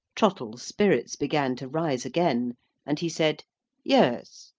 trottle's spirits began to rise again and he said yes,